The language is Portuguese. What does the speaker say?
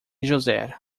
josé